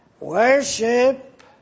Worship